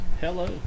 Hello